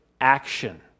action